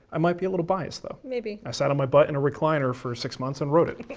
i might be a little biased, though. maybe. i sat on my butt in a recliner for six months and wrote it.